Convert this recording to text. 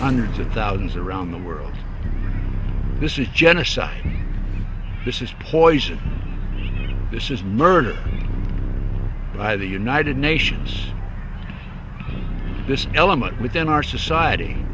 hundreds of thousands around the world this is genocide and this is poison this is nurtured by the united nations this element within our society